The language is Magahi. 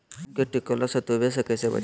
आम के टिकोला के तुवे से कैसे बचाई?